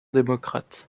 démocrate